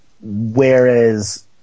Whereas